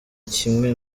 kimwe